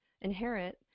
inherit